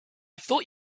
thought